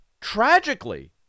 tragically